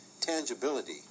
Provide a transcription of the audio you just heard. tangibility